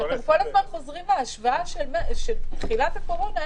אתם כל הזמן חוזרים על ההשוואה של תחילת הקורונה.